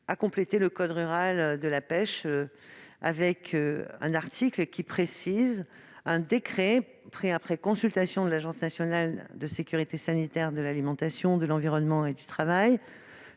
a complété le code rural et de la pêche maritime d'un article qui précise :« Un décret pris après consultation de l'Agence nationale de sécurité sanitaire de l'alimentation, de l'environnement et du travail,